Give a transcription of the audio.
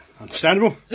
understandable